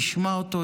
ישמע אותו,